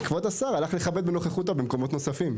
כבוד השר הלך לכבד בנוכחותו במקומות נוספים.